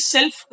Self